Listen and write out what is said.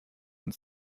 uns